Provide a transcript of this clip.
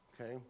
Okay